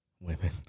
Women